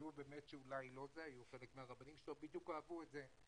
שחשבו באמת שאולי לא --- חלק מהרבנים שלא בדיוק אהבו את זה,